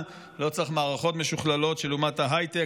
ולא צריך מערכות משוכללות של אומת ההייטק.